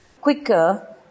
quicker